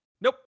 Nope